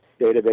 database